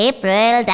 April